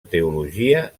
teologia